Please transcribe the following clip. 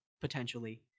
Potentially